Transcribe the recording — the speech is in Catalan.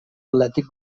atlètic